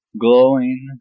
glowing